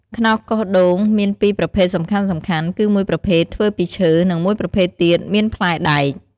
ខ្នោសកោសដូងមានពីរប្រភេទសំខាន់ៗ គឺមួយប្រភេទធ្វើពីឈើ និងមួយប្រភេទទៀតមានផ្លែដែក។